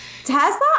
Tesla